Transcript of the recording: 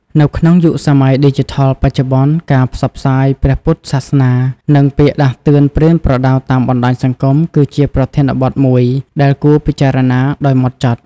នៅក្នុងយុគសម័យឌីជីថលបច្ចុប្បន្ន ការផ្សព្វផ្សាយព្រះពុទ្ធសាសនា និងពាក្យដាស់តឿនប្រៀនប្រដៅតាមបណ្តាញសង្គមគឺជាប្រធានបទមួយដែលគួរពិចារណាដោយហ្មត់ចត់។